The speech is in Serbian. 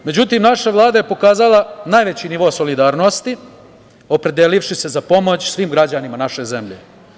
Međutim naša Vlada je pokazala najveći nivo solidarnosti opredelivši se za pomoć svim građanima naše zemlje.